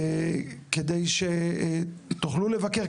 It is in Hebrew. כדי שתוכלו לבקר.